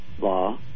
law